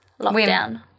Lockdown